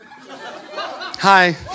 hi